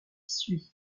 suit